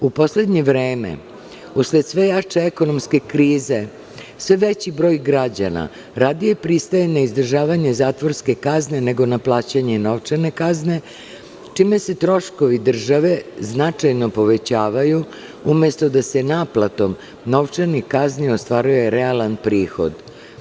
U poslednje vreme, usled sve jače ekonomske krize, sve veći broj građana radije pristaje na izdržavanje zatvorske kazne, nego na plaćanje novčane kazne, čime se troškovi države značajno povećavaju, umesto da se naplatom novčanih kazni ostvaruje realan prihod.